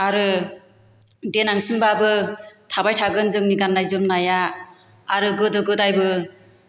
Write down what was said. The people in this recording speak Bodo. आरो देनांसिमबाबो थाबाय थागोन जोंनि गान्नाय जोमनाया आरो गोदो गोदायबो